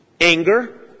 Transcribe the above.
anger